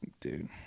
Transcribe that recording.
dude